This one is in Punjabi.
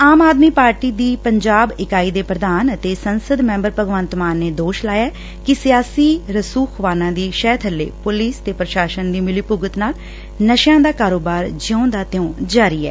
ਆਮ ਆਦਮੀ ਪਾਰਟੀ ਦੀ ਪੰਜਾਬ ਇਕਾਈ ਦੇ ਪ੍ਰਧਾਨ ਅਤੇ ਸੰਸਦ ਮੈਂਬਰ ਭਗਵੰਤ ਮਾਨ ਨੇ ਦੋਸ਼ ਲਾਇਐ ਕਿ ਸਿਆਸੀ ਰਸੂਖਵਾਨਾਂ ਦੀ ਸ਼ਹਿ ਬੱਲੇ ਪੁਲਿਸ ਤੇ ਪ੍ਰਸ਼ਾਸਨ ਦੀ ਮਿਲੀਭੁਗਤ ਨਾਲ ਨਸ਼ਿਆਂ ਦਾ ਕਾਰੋਬਾਰ ਜਿਉਂ ਦਾ ਤਿਉਂ ਜਾਰੀ ਐ